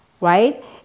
Right